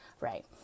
right